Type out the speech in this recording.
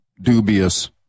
dubious